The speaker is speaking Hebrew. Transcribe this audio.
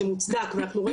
והיה מודע לזה,